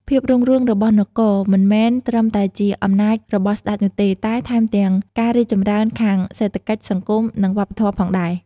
ភាពរុងរឿងរបស់នគរមិនមែនត្រឹមតែអំណាចរបស់ស្តេចនោះទេ តែថែមទាំងការរីកចម្រើនខាងសេដ្ឋកិច្ច សង្គម និងវប្បធម៌ផងដែរ។